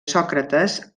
sòcrates